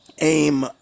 aim